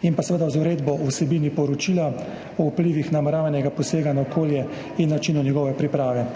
in seveda z Uredbo o vsebini poročila o vplivih nameravanega posega na okolje in načinu njegove priprave.